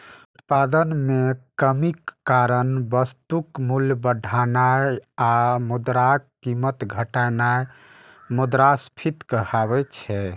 उत्पादन मे कमीक कारण वस्तुक मूल्य बढ़नाय आ मुद्राक कीमत घटनाय मुद्रास्फीति कहाबै छै